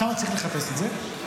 שם צריך לחפש את זה,